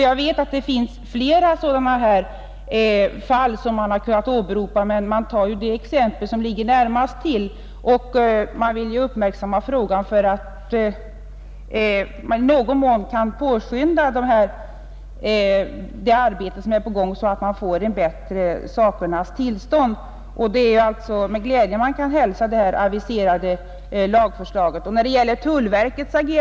Jag vet att det finns flera sådana här fall som jag hade kunnat åberopa, men man tar ju det exempel som ligger närmast till när man vill uppmärksamma en fråga för att i någon mån påskynda det arbete som är på gång för att få ett bättre sakernas tillstånd. Det är alltså med glädje som jag hälsar det aviserade lagförslaget.